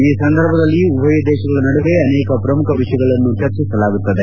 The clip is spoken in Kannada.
ಈ ಸಂದರ್ಭದಲ್ಲಿ ಉಭಯ ದೇಶಗಳ ನಡುವೆ ಅನೇಕ ಪ್ರಮುಖ ವಿಷಯಗಳನ್ನು ಚರ್ಚಿಸಲಾಗುತ್ತದೆ